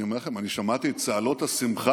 אני אומר לכם, אני שמעתי את צהלות השמחה